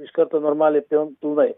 iš karto normaliai pil pilnai